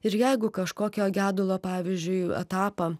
ir jeigu kažkokio gedulo pavyzdžiui etapą